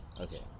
Okay